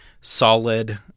solid